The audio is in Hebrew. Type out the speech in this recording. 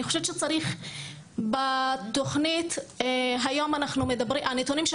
אני חושבת שצריך בתוכנית הנתונים של